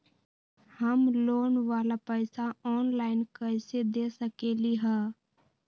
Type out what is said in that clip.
हम लोन वाला पैसा ऑनलाइन कईसे दे सकेलि ह?